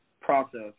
process